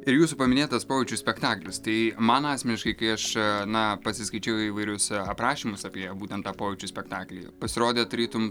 ir jūsų paminėtas pojūčių spektaklis tai man asmeniškai kai aš na pasiskaičiau įvairius a aprašymus apie būtent tą pojūčių spektaklį pasirodė tarytum